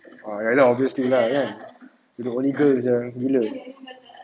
oh ya lah obviously lah you the only girl sia gila